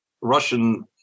Russian